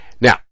Now